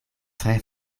tre